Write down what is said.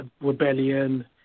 rebellion